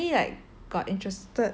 show and like I only like